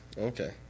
Okay